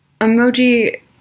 emoji